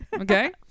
okay